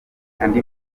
andi